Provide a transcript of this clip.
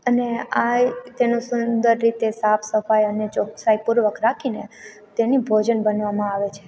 અને આ એ તેનું સુંદર રીતે સાફ સફાઈ અને ચોકસાઈપૂર્વક રાખીને તેની ભોજન બનવામાં આવે છે